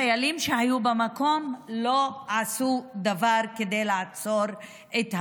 חיילים שהיו במקום לא עשו דבר כדי לעצור את האלימות.